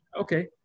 Okay